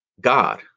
god